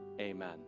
amen